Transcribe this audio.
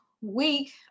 week